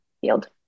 field